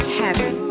happy